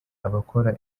abakora